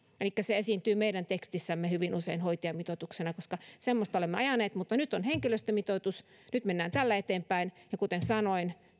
elikkä se esiintyy meidän tekstissämme hyvin usein hoitajamitoituksena koska semmoista olemme ajaneet mutta nyt on henkilöstömitoitus nyt mennään tällä eteenpäin ja kuten sanoin